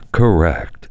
correct